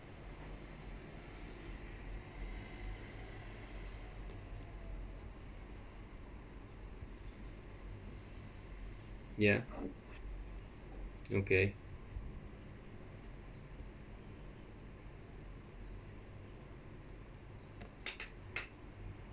ya okay